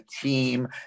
team